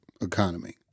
economy